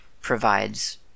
provides